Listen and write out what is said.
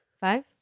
Five